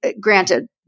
granted